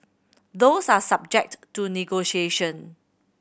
those are subject to negotiation